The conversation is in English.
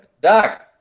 Doc